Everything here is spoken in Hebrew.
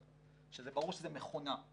שזה ברור שזה מכונה,